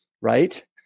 Right